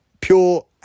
pure